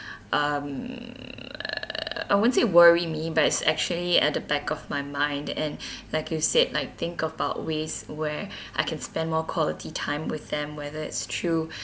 um I won't say worry me but it's actually at the back of my mind and like you said like think about ways where I can spend more quality time with them whether it's through